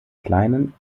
kleinen